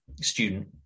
student